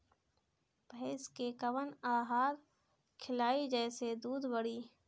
भइस के कवन आहार खिलाई जेसे दूध बढ़ी?